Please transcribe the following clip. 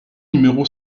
numéro